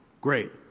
Great